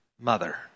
mother